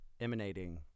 emanating